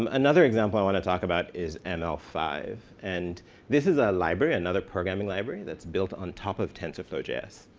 um another example i want to talk about is m l five, and this is a library, another programming library that's built on top of tensorflow js.